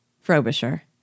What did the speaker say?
Frobisher